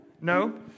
No